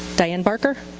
diane barker?